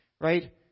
right